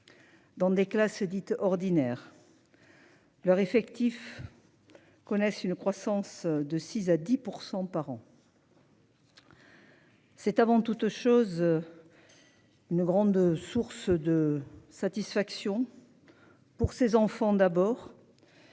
Dans des classes dites ordinaires.-- Leur effectif. Connaissent une croissance de 6 à 10% par an.-- C'est avant toute chose. Une grande source de satisfaction. Pour ses enfants d'abord.--